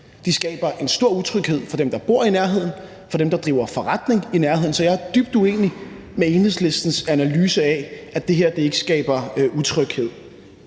De skaber en stor utryghed for dem, der bor i nærheden, og for dem, der driver forretning i nærheden, så jeg er dybt uenig med Enhedslistens analyse af, at det her ikke skaber utryghed.